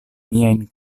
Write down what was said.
miajn